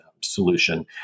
solution